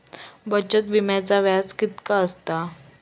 बचत विम्याचा व्याज किती असता?